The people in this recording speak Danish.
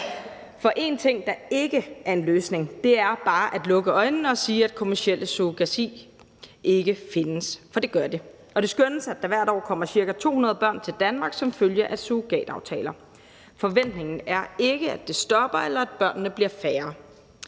For en ting, der ikke er en løsning, er bare at lukke øjnene og sige, at kommercielt surrogati ikke findes, for det gør det, og det skønnes, at der hvert år kommer ca. 200 børn til Danmark som følge af surrogataftaler. Forventningen er ikke, at det stopper, eller at børnene bliver færre.